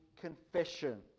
confession